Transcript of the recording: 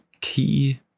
key